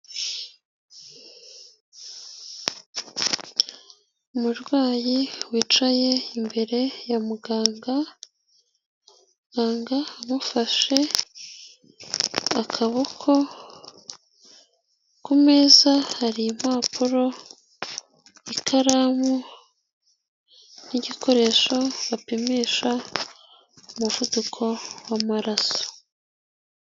Umurwayi wicaye imbere ya muganga, amufashe akaboko, kumeza hari impapuro, ikaramu n'igikoresho bapimisha umuvuduko w'amaraso.